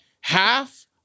half